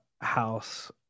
house